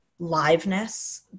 liveness